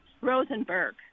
Rosenberg